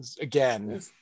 again